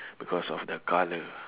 because of the colour